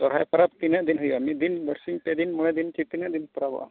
ᱥᱚᱨᱦᱟᱭ ᱯᱟᱨᱟᱵᱽ ᱛᱤᱱᱟᱹᱜ ᱫᱤᱱ ᱦᱩᱭᱩᱜᱼᱟ ᱢᱤᱫ ᱫᱤᱱ ᱵᱟᱨᱥᱤᱧ ᱯᱮ ᱫᱤᱱ ᱢᱚᱬᱮ ᱫᱤᱱ ᱪᱮ ᱛᱤᱱᱟᱹᱜ ᱫᱤᱱ ᱯᱮ ᱯᱟᱨᱟᱵᱚᱜᱼᱟ